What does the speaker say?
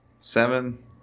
seven